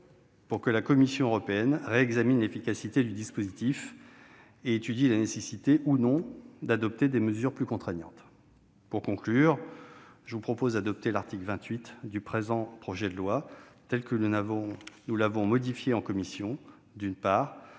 pour que la Commission européenne réexamine l'efficacité du dispositif et étudie la nécessité ou non d'adopter des mesures plus contraignantes. Pour conclure, je vous propose d'adopter l'article 28 du présent projet de loi tel que nous l'avons modifié en commission, d'une part